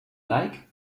like